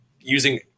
using